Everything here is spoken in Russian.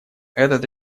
этот